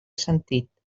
sentit